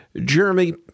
Jeremy